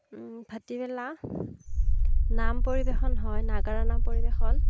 ভাটিবেলা নাম পৰিবেশন হয় নাগাৰা নাম পৰিবেশন